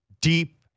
deep